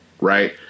Right